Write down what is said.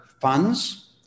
funds